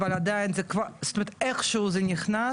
אבל עדיין זה כבר זאת אומרת איכשהו זה נכנס.